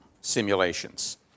simulations